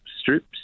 strips